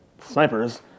snipers